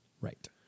Right